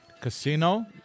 Casino